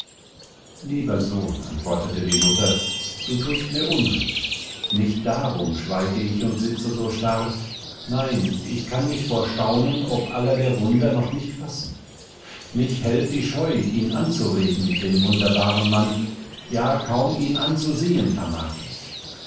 lieber sohn antwortete die mutter du thust mir unrecht nicht darum schweige ich und sitze so starr nein ich kann mich vor staunen ob aller der wunder noch nicht fassen mich hält die scheu ihn anzureden den wunderbaren mann ja kaum ihn anzusehen vermag ich